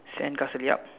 sandcastle ya